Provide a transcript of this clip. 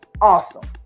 awesome